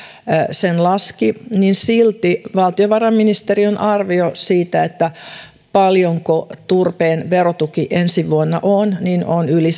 sen laski niin silti valtiovarainministeriön arvio siitä paljonko turpeen verotuki ensi vuonna on on yli